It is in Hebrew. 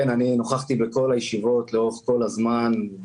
אני נכחתי בכל הישיבות לאורך כל הזמן.